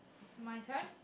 my turn